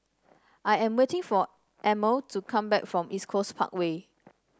I am waiting for Emil to come back from East Coast Parkway